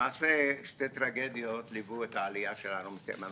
למעשה שתי טרגדיות ליוו את העלייה שלנו מתימן,